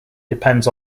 depends